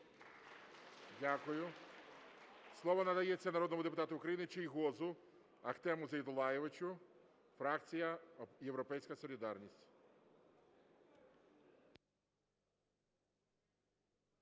Дякую. Слово надається народному депутату України Чийгозу Ахтему Зейтуллайовичу, фракція "Європейська солідарність".